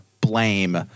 blame